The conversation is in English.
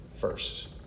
first